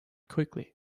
quickly